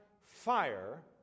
fire